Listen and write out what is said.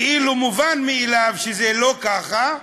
כאילו מובן מאליו שזה לא ככה.